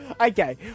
Okay